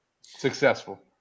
Successful